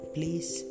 Please